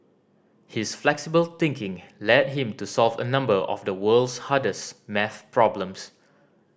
his flexible thinking led him to solve a number of the world's hardest maths problems